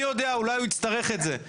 מי יודע, אולי הוא הצטרך את זה.